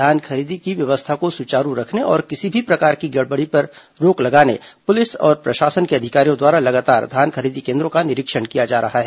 धान खरीदी की व्यवस्था को सुचारू रखने और किसी भी प्रकार की गड़बड़ी पर रोक लगाने पुलिस और प्रशासन के अधिकारियों द्वारा लगातार धान खरीदी केन्द्रों का निरीक्षण किया जा रहा है